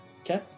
Okay